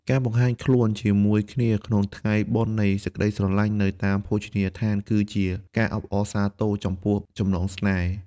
ការបង្ហាញខ្លួនជាមួយគ្នាក្នុងថ្ងៃបុណ្យនៃសេចក្ដីស្រឡាញ់នៅតាមភោជនីយដ្ឋាន គឺជាការអបអរសាទរចំពោះចំណងស្នេហ៍។